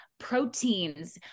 proteins